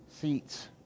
seats